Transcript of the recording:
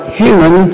human